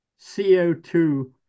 CO2